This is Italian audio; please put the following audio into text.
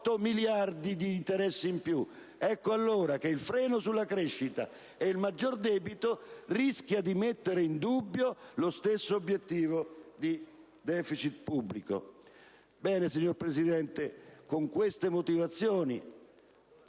miliardi di interessi in più. Ecco allora che il freno sulla crescita ed il maggiore debito rischiano di mettere in dubbio lo stesso obiettivo di deficit pubblico.